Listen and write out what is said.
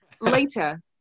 later